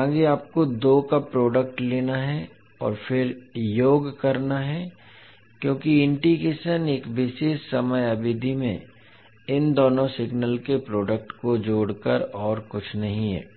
आगे आपको दो का प्रोडक्ट लेना है और फिर योग करना है क्योंकि इंटीग्रेशन एक विशेष समय अवधि में इन दोनों सिग्नल के प्रोडक्ट को जोड़कर और कुछ नहीं है